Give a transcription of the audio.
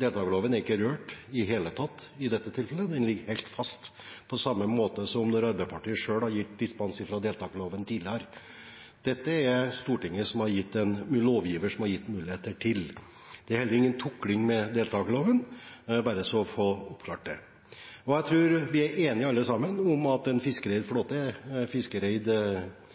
Deltakerloven er ikke rørt i det hele tatt i dette tilfellet. Den ligger helt fast, på samme måte som når Arbeiderpartiet selv har gitt dispensasjon fra deltakerloven tidligere. Dette er det Stortinget som lovgiver som har gitt muligheter til. Det er heller ingen tukling med deltakerloven – bare så vi får oppklart det. Jeg tror vi alle sammen er enige om at en fiskereid flåte er